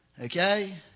Okay